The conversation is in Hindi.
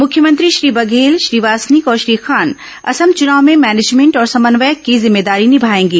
मुख्यमंत्री श्री बघेल श्री वासनिक और श्री खान असम चुनाव में भैनेजमेंट और समन्वयक की जिम्मेदारी निभाएंगे